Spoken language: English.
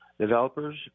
developers